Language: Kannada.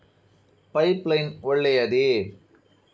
ಪೈಪ್ ಲೈನ್ ಒಳ್ಳೆಯದೇ?